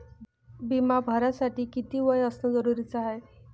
बिमा भरासाठी किती वय असनं जरुरीच हाय?